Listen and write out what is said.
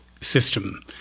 system